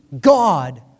God